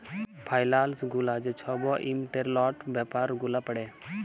ফাইলালস গুলা ছব ইম্পর্টেলট ব্যাপার গুলা পড়ে